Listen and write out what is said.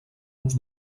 los